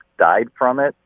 died from it,